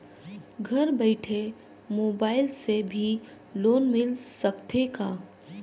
घर बइठे मोबाईल से भी लोन मिल सकथे का?